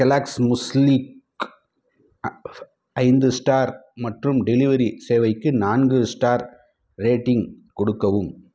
Kellogg's முஸ்லிக்கு ஐந்து star மற்றும் டெலிவரி சேவைக்கு நான்கு ஸ்டார் ரேட்டிங் கொடுக்கவும்